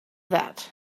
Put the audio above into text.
that